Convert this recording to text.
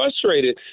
frustrated